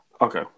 Okay